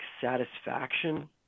satisfaction